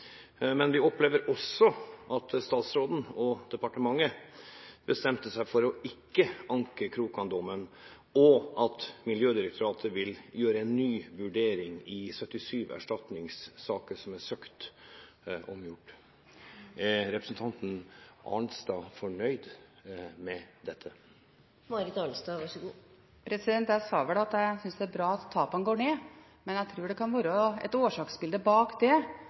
Men vi opplever også at statsråden og departementet bestemte seg for ikke å anke Krokann-dommen, og at Miljødirektoratet vil gjøre en ny vurdering i 77 erstatningssaker som er søkt omgjort. Er representanten Arnstad fornøyd med dette? Jeg sa vel at jeg synes det er bra at tapene går ned, men jeg tror det kan være et årsaksbilde bak det